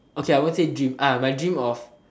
okay I won't say dream my dream of